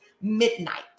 midnight